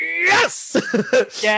yes